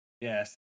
Yes